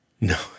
No